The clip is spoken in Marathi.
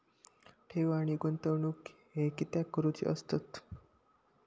ठेव आणि गुंतवणूक हे कित्याक करुचे असतत?